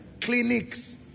clinics